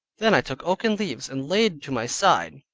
then i took oaken leaves and laid to my side,